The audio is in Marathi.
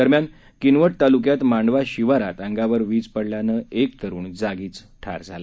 दरम्यान किनवट तालुक्यात मांडवा शिवारात अंगावर विज पडल्यामुळे एक तरूण जागीच ठार झाला